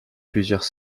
plusieurs